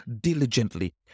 diligently